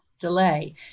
delay